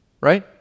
right